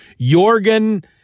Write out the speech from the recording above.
Jorgen